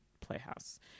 Playhouse